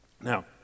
Now